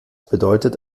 bedeutet